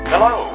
Hello